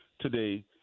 today